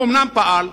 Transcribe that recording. הוא אומנם פעל.